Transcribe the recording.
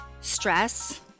Stress